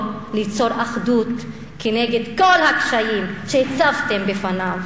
ליצור אחדות כנגד כל הקשיים שהצבתם בפניו.